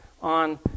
on